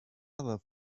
other